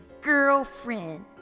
girlfriend